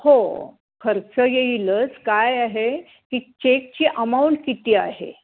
हो खर्च येईलच काय आहे की चेकची अमाऊंट किती आहे